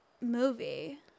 movie